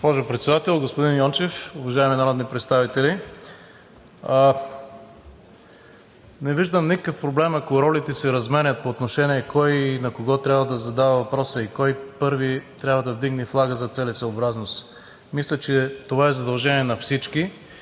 Госпожо Председател, господин Йончев, уважаеми народни представители! Не виждам никакъв проблем, ако ролите се разменят по отношение на това кой на кого трябва да задава въпроса и кой първи трябва да вдигне флага за целесъобразност. Мисля, че това е задължение на всички.